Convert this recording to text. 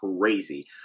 crazy